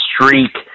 streak